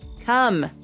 Come